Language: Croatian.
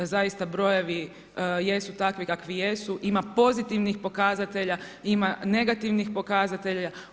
Zaista brojevi jesu takvi kakvi jesu, ima pozitivnih pokazatelja, ima negativnih pokazatelja.